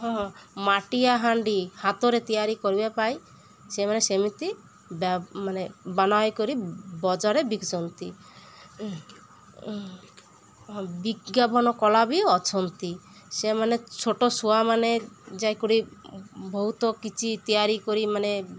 ହଁଁ ମାଟିଆ ହାଣ୍ଡି ହାତରେ ତିଆରି କରିବା ପାଇଁ ସେମାନେ ସେମିତି ମାନେ ବନାଇକରି ବଜାର ବିକିଛନ୍ତି ବିଜ୍ଞାପନ କଳା ବି ଅଛନ୍ତି ସେମାନେ ଛୋଟ ଛୁଆ ମାନେ ଯାଇକରି ବହୁତ କିଛି ତିଆରି କରି ମାନେ